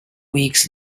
weeks